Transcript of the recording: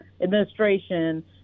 administration